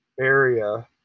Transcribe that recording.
area